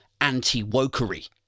anti-wokery